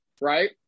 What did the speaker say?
right